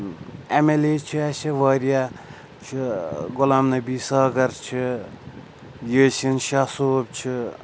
M L A چھِ اَسہِ واریاہ چھِ غلام نبی ساگر چھِ یٲسیٖن شاہ صوب چھِ